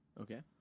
Okay